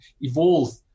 evolve